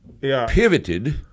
pivoted